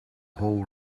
whole